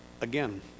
again